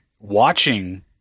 Watching